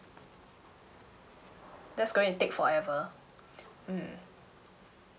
that's going and take forever mm